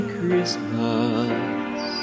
Christmas